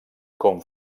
com